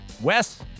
Wes